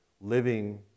living